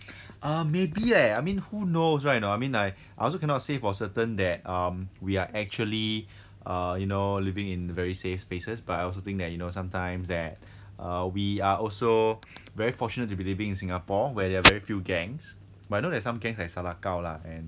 err maybe eh I mean who knows right or not I mean I I also cannot say for certain that um we're actually err you know living in very safe spaces but I also think that you know sometimes that err we are also very fortunate to be living in singapore where there are very few gangs but you know there's some gangs like sa lak gau lah and